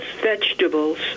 vegetables